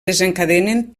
desencadenen